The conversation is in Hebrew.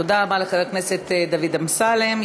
תודה רבה לחבר הכנסת דוד אמסלם,